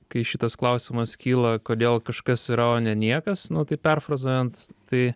kai šitas klausimas kyla kodėl kažkas yra o ne niekas nuo taip perfrazuojant tai